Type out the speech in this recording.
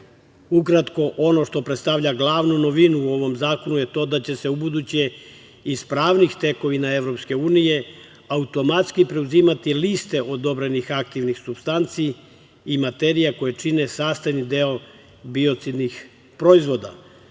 ono što predstavlja glavnu novinu u ovom zakonu je to da će se ubuduće iz pravnih tekovina EU automatski preuzimati liste odobrenih aktivnih supstanci i materija koje čine sastavni deo biocidnih proizvoda,